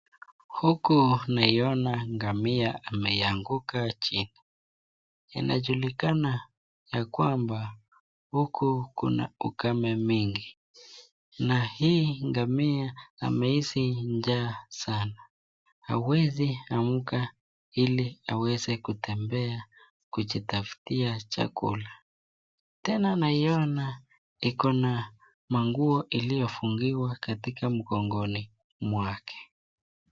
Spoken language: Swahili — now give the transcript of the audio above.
Huku naiona ngamia ameanguka chini inajulikana ya kwamba huku kuna ukame mingi na hii ngamia amehisi njaa sana hawezi amkaa ili aweze kutembea kujitafutia chakula, tena naiona iko na manguo iliyofungiwa katika mgongoni mwake.